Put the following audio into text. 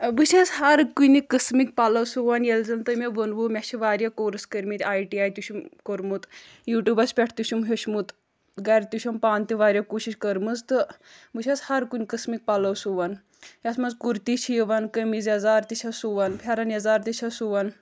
بہٕ چھَس ہَر کُنہِ قٕسمٕکۍ پَلَو سُوان ییٚلہِ زَن تۄہہِ مےٚ ووٚنوُ مےٚ چھِ واریاہ کورس کٔرۍ مٕتۍ آیی ٹی آیی تہِ چھُم کوٚرمُت یوٗٹیوٗبَس پٮ۪ٹھ تہِ چھُم ہیٚوچھمُت گَرِ تہِ چھُم پانہٕ تہِ واریاہ کوٗشِش کٔرمٕژ تہٕ بہٕ چھَس ہَر کُنہِ قٕسمٕکۍ پَلَو سُوان یَتھ منٛز کُرتی چھِ یِوان کٔمیٖز یَزار تہِ چھَس سُوان پھیٚرن یَزار تہِ چھَس سُوان